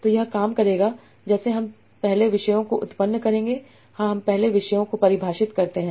तो यह काम करेगा जैसे हम पहले विषयों को उत्पन्न करेंगे हां हम पहले विषयों को परिभाषित करते हैं